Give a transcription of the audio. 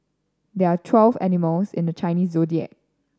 there are twelve animals in the Chinese Zodiac